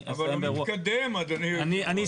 אבל הוא מתקדם אדוני היו"ר, הוא כן מתקדם.